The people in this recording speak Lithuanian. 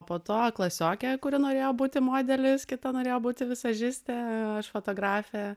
po to klasiokė kuri norėjo būti modelis kita norėjo būti vizažistė aš fotografė